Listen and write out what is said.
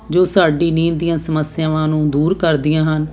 ਜੋ ਸਾਡੀ ਨੀਂਦ ਦੀਆਂ ਸਮੱਸਿਆਵਾਂ ਨੂੰ ਦੂਰ ਕਰਦੀਆਂ ਹਨ